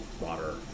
water